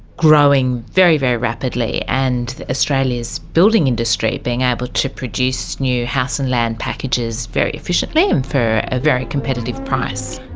growing very, very rapidly, and australia's building industry being able to produce new house and land packages very efficiently and for a very competitive price.